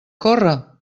corre